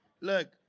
look